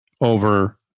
over